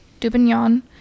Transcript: Dubignon